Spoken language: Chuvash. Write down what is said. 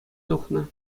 тухнӑ